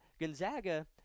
Gonzaga